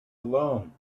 alone